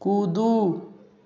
कूदू